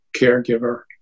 caregiver